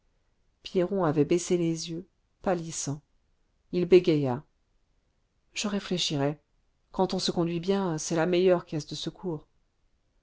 pierron avait baissé les yeux pâlissant il bégaya je réfléchirai quand on se conduit bien c'est la meilleure caisse de secours